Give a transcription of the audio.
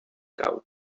cau